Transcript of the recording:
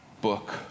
book